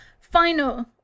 Final